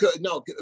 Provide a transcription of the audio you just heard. no